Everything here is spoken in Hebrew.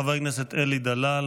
חבר הכנסת אלי דלל,